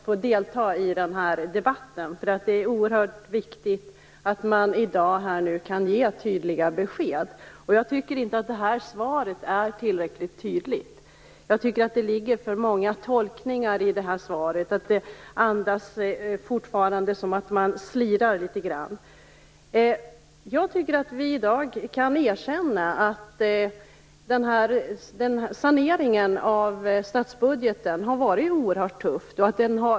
Fru talman! När jag läste interpellationssvaret kände jag också ett behov av att delta i debatten. Det är oerhört viktigt att i dag ge tydliga besked. Jag tycker inte att svaret är tillräckligt tydligt. Jag tycker att det ligger för många alternativ till tolkning i svaret, det verkar som om man fortfarande slirar litet grand. Jag tycker att vi i dag kan erkänna att saneringen av statsbudgeten har varit oerhört tuff.